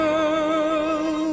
Girl